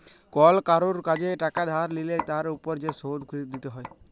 call কারুর কাজে টাকা ধার লিলে তার উপর যে শোধ ফিরত দিতে হ্যয়